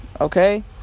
okay